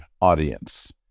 audience